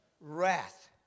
wrath